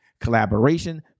collaboration